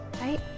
right